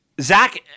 Zach